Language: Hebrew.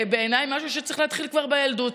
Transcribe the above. בעיניי זה משהו שצריך להתחיל כבר בילדות.